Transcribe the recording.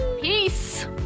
Peace